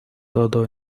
todo